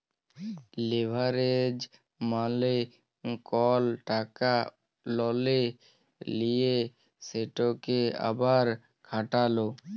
leverage মালে কল টাকা ললে লিঁয়ে সেটকে আবার খাটালো